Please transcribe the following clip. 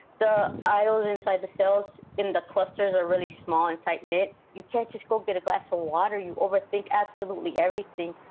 the aisles inside the cells in the clusters are really small and tight-knit. you can't just go get a glass of water. you overthink absolutely everything.